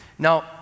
Now